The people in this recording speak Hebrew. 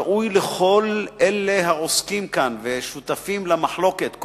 ראוי לכל אלה העוסקים כאן ושותפים למחלוקת,